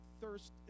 thirst